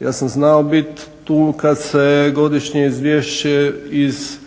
Ja sam znao biti tu kad se Godišnje izvješće iz